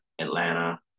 Atlanta